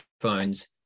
phones